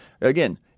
Again